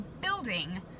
building